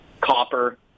Copper